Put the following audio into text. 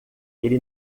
ele